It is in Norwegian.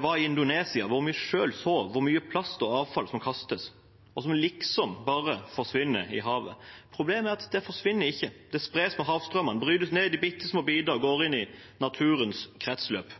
var i Indonesia, hvor vi så hvor mye plast og avfall som kastes, og som liksom bare forsvinner i havet. Problemet er at det ikke forsvinner, det spres av havstrømmene, brytes ned i bitte små biter og går inn i naturens kretsløp.